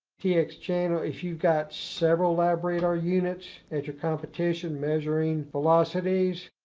tx channel. if you've got several labradar units at your competition measuring velocities,